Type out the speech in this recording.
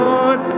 Lord